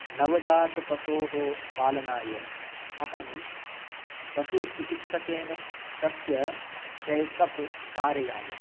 नवजातपशोः पालनाय अहं पशुचिकित्सकेन तस्य चेकप् कारयामि